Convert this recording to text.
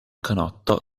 canotto